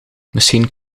misschien